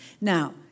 Now